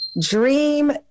Dream